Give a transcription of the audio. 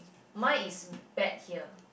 mine is bad here